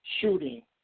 shooting